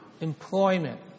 employment